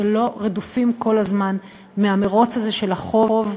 שלא רדופים כל הזמן במירוץ הזה של החוב.